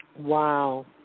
Wow